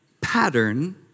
pattern